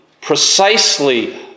precisely